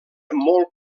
molt